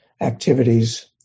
activities